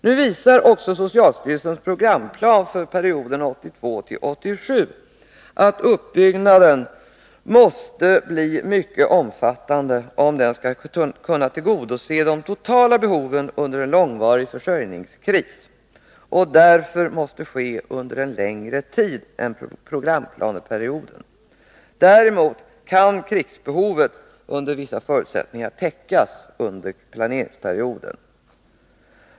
Nu visar också socialstyrelsens programplan för perioden 1982-1987 att uppbyggnaden måste bli mycket omfattande, om den skall kunna tillgodose de totala behoven under en långvarig försörjningskris och därför måste ske under en längre tid än programplaneperioden. Däremot kan krigsbehovet under vissa förutsättningar täckas under planeringsperioden.